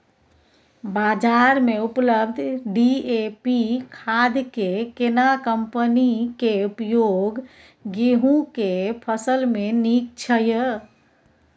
बाजार में उपलब्ध डी.ए.पी खाद के केना कम्पनी के उपयोग गेहूं के फसल में नीक छैय?